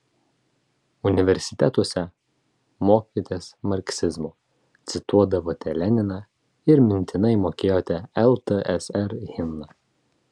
universitetuose mokėtės marksizmo cituodavote leniną ir mintinai mokėjote ltsr himną